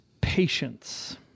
patience